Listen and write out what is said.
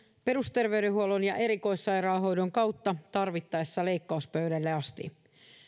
perusterveydenhuollon ja erikoissairaanhoidon kautta tarvittaessa leikkauspöydälle asti